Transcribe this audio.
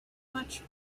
much